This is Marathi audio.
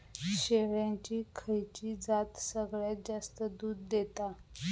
शेळ्यांची खयची जात सगळ्यात जास्त दूध देता?